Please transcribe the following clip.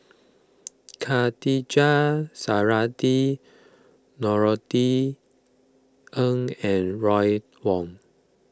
Khatijah Surattee Norothy Ng and Ron Wong